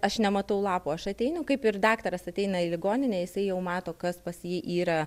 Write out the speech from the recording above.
aš nematau lapų aš ateinu kaip ir daktaras ateina į ligoninę jisai jau mato kas pas jį yra